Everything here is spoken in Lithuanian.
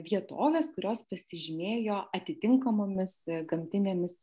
vietovės kurios pasižymėjo atitinkamomis gamtinėmis